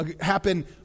happen